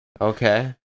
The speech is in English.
Okay